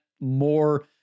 more